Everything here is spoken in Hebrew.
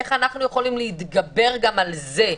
איך אנו יכולים להתגבר גם על זה?